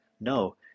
No